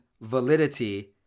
validity